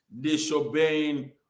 disobeying